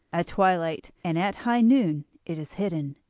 at twilight and at high noon it is hidden,